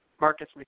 Marcus